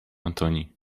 antoni